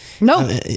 No